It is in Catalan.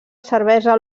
cervesa